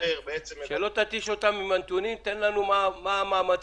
שלא תתיש אותם עם הנתונים, תאמר מה המאמצים.